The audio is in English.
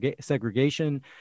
segregation